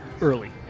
Early